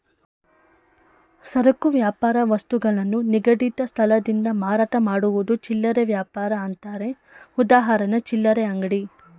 ಸರಕು ವ್ಯಾಪಾರ ವಸ್ತುಗಳನ್ನು ನಿಗದಿತ ಸ್ಥಳದಿಂದ ಮಾರಾಟ ಮಾಡುವುದು ಚಿಲ್ಲರೆ ವ್ಯಾಪಾರ ಅಂತಾರೆ ಉದಾಹರಣೆ ಚಿಲ್ಲರೆ ಅಂಗಡಿ